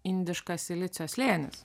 indiškas silicio slėnis